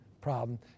problem